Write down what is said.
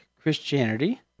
Christianity